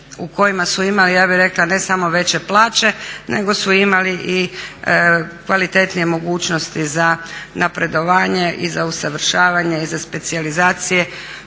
u kojima su imali ja bih rekla ne samo veće plaće, nego su imali i kvalitetnije mogućnosti za napredovanje i za usavršavanje i za specijalizacije